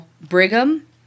Brigham